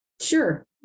sure